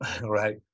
right